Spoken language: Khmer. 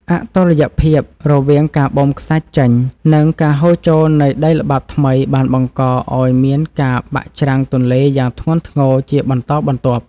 អតុល្យភាពរវាងការបូមខ្សាច់ចេញ និង ការហូរចូលនៃដីល្បាប់ថ្មីបានបង្កឱ្យមានការបាក់ច្រាំងទន្លេយ៉ាងធ្ងន់ធ្ងរជាបន្តបន្ទាប់។